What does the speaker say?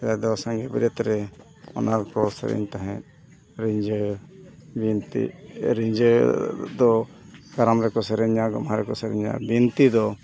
ᱥᱮᱫᱟᱭ ᱫᱚ ᱥᱟᱸᱜᱮ ᱵᱟᱹᱨᱭᱟᱹᱛ ᱨᱮ ᱚᱱᱟ ᱠᱚᱠᱚ ᱥᱮᱨᱮᱧ ᱛᱟᱦᱮᱸᱫ ᱨᱤᱸᱡᱷᱟᱹ ᱵᱤᱱᱛᱤ ᱨᱤᱸᱡᱷᱟᱹ ᱫᱚ ᱠᱟᱨᱟᱢ ᱨᱮᱠᱚ ᱥᱮᱨᱮᱧᱟ ᱜᱚᱢᱦᱟ ᱨᱮᱠᱚ ᱥᱮᱨᱮᱧᱟ ᱵᱤᱱᱛᱤ ᱫᱚ